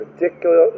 ridiculous